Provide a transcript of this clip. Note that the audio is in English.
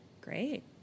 Great